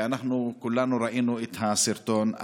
ואנחנו כולנו ראינו את הסרטון.